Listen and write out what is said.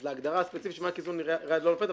אז להגדרה הספציפית של מענק איזון העירייה לא נופלת,